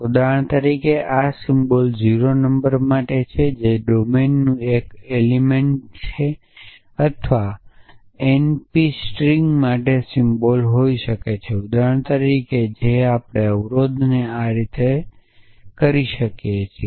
ઉદાહરણ તરીકે આ સિમ્બોલ 0 નંબર માટે છે જે ડોમેનનું એક એલિમેંટ છે અથવા આ એનપી સ્ટ્રિંગ માટે સિમ્બોલ હોઈ શકે છે ઉદાહરણ તરીકે જે આપણે અવરોધ ને આ રીતે કરી શકીએ છીએ